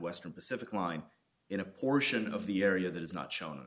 western pacific line in a portion of the area that is not shown